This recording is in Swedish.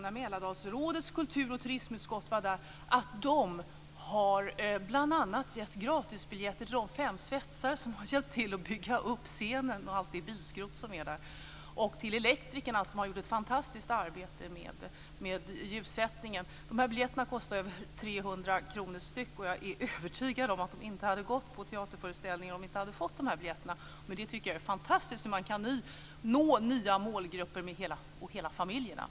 När Mälardalsrådets kultur och turismutskott var där berättade man att man bl.a. hade gett gratisbiljetter till de fem svetsare som har hjälpt till att bygga upp scenen med allt det bilskrot som är med och till elektrikerna som har gjort ett fantastiskt arbete med ljussättningen. De här biljetterna kostar över 300 kr styck. Jag är övertygad om att dessa människor inte hade gått på teaterföreställningen om de inte hade fått de här biljetterna. Jag tycker att det är fantastiskt hur man kan nå nya målgrupper och hela familjer. Tack!